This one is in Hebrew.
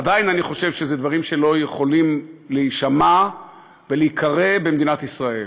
עדיין אני חושב שאלו דברים שלא יכולים להישמע ולהיקרא במדינת ישראל,